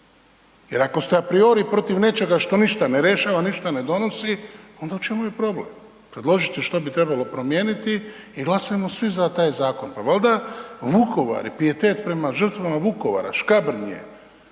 Jer, ako ste apriori protiv nečega što ništa ne rješava, ništa ne donosi, onda u čemu je problem? Predložite što bi trebalo promijeniti i glasajmo svi za taj zakon. Pa valjda Vukovar i pijetet prema žrtvama Vukovara, Škabrnje,